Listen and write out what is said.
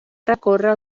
recórrer